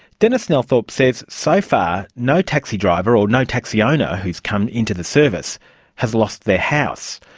denis nelthorpe says so far no taxi driver or no taxi owner who has come into the service has lost their house,